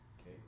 Okay